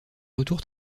retour